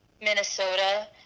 Minnesota